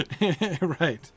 Right